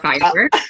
firework